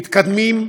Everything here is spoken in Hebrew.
מתקדמים,